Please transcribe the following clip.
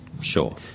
sure